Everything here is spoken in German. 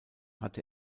hat